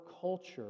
culture